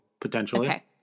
Potentially